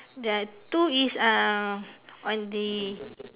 there are two is uh on the